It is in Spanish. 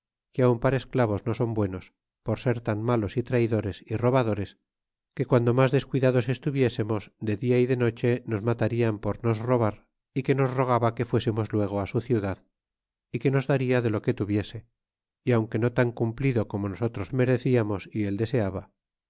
que aun para esclavos no son buenos por ser tan malos y traidores y robadores que guando mas descuidados estuviésemos de dia y de noche nos matarian por nos robar y que nos rogaba que fuésemos luego su ciudad y que nos darla de lo que tuviese y aunque no tan cumplido como nosotras mereciamos y él deseaba